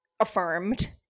affirmed